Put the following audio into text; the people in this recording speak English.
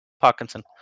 Parkinson